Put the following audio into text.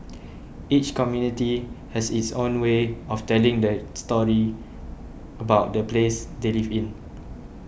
each community has its own way of telling the story about the place they live in